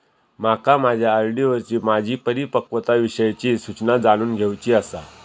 माका माझ्या आर.डी वरची माझी परिपक्वता विषयची सूचना जाणून घेवुची आसा